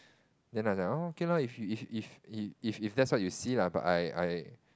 then I was like oh okay lor if if if if if that's what you see lah but I I